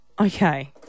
Okay